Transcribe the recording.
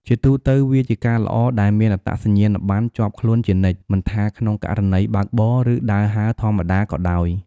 ជាទូទៅ វាជាការល្អដែលមានអត្តសញ្ញាណប័ណ្ណជាប់ខ្លួនជានិច្ច មិនថាក្នុងករណីបើកបរ ឬដើរហើរធម្មតាក៏ដោយ។